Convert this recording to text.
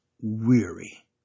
weary